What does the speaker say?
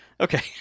okay